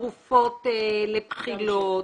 תרופות לבחילות,